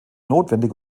notwendig